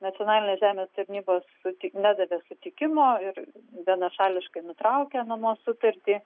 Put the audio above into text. nacionalinė žemės tarnyba suti nedavė sutikimo ir vienašališkai nutraukė nuomos sutartį